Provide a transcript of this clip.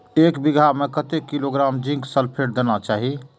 एक बिघा में कतेक किलोग्राम जिंक सल्फेट देना चाही?